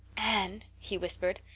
anne, he whispered,